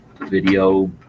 video